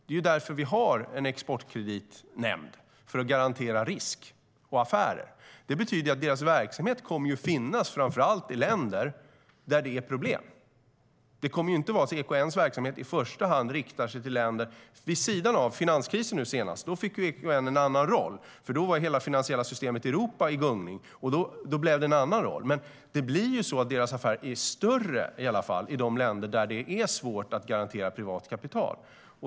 Det är därför vi har en exportkreditnämnd. Det är för att garantera risk och affärer. Det betyder att dess verksamhet framför allt kommer att finnas i länder där det är problem. EKN:s verksamhet riktar sig inte i första hand till andra länder. Vid finanskrisen nu senast fick EKN en annan roll. Då var hela finansiella systemet i Europa i gungning. Då blev det en annan roll. Men dess affärer är större i de länder där det är svårt att garantera privat kapital.